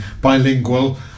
bilingual